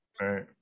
right